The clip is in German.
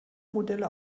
modelle